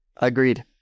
agreed